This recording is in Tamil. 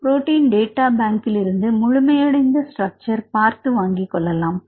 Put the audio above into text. புரோட்டின் டேட்டா பங்கிலிருந்து முழுமையடைந்த ஸ்ட்ரக்சர் பார்த்து வாங்கிக்கொள்ளலாம்